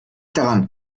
daran